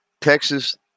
Texas